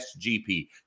SGP